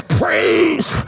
praise